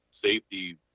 Safety